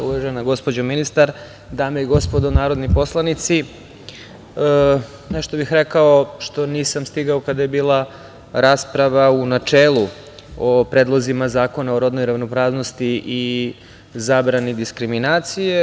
Uvažena gospođo ministara, dame i gospodo narodni poslanici, nešto bih rekao što nisam stigao kada je bila rasprava u načelu o predlozima zakona o rodnoj ravnopravnosti i zabrani diskriminacije.